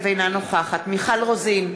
אינה נוכחת מיכל רוזין,